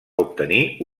obtenir